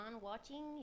watching